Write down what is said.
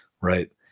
Right